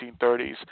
1930s